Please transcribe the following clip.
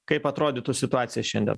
kaip atrodytų situacija šiandien